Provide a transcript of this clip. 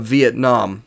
Vietnam